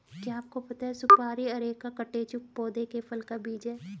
क्या आपको पता है सुपारी अरेका कटेचु पौधे के फल का बीज है?